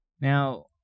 Now